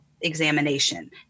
examination